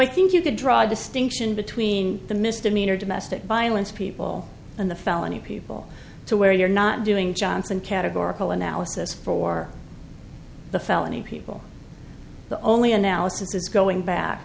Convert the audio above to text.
i think you could draw a distinction between the misdemeanor domestic violence people and the felony people to where you're not doing johnson categorical analysis for the felony people the only analysis going back